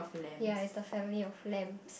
ya it's the family of lambs